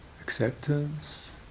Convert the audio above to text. acceptance